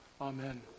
Amen